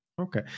Okay